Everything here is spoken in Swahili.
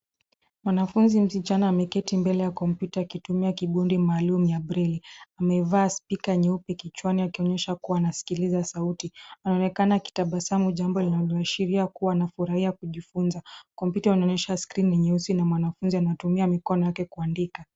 Mwanafunzi msichana ameketi mbele ya kompyuta akitumia kibodi maalum ya braile amevaa spika nyeupe kichwani akionyesha kuwa anasikiliza sauti ,anaonekana akitabasamu jambo linaloashiria kuwa anafurahia kujifunza .Kompyuta inaonyesha skrini nyeusi na mwanafunzi anatumia mikono yake kuandika.